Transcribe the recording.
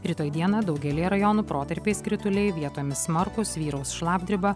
rytoj dieną daugelyje rajonų protarpiais krituliai vietomis smarkūs vyraus šlapdriba